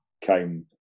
came